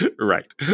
Right